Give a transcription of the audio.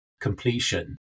completion